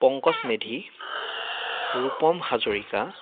Pankaj Medhi Rupam Hazarika